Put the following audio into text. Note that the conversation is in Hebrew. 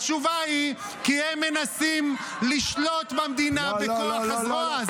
התשובה היא כי הם מנסים לשלוט במדינה בכוח הזרוע,